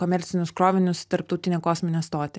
komercinius krovinius į tarptautinę kosminę stotį